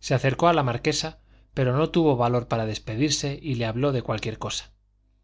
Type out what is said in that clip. se acercó a la marquesa pero no tuvo valor para despedirse y le habló de cualquier cosa